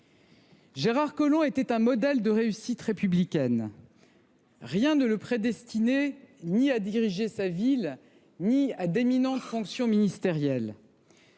Gérard Collomb était un modèle de réussite républicaine. Rien ne le prédestinait ni à diriger sa ville ni à occuper d’éminentes fonctions ministérielles.